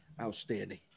outstanding